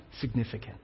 significant